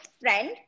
friend